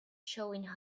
showing